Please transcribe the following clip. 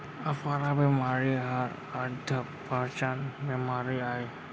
अफारा बेमारी हर अधपचन बेमारी अय